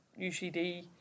UCD